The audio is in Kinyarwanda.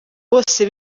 bose